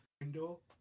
window